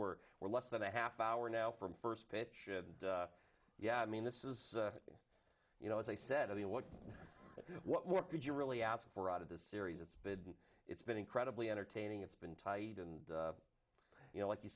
we're we're less than a half hour now from first pitch yeah i mean this is you know as i said i mean what what could you really ask for out of the series it's been it's been incredibly entertaining it's been tight and you know like you